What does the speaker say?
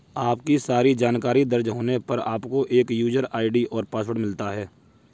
आपकी सारी जानकारी दर्ज होने पर, आपको एक यूजर आई.डी और पासवर्ड मिलता है